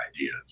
ideas